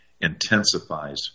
intensifies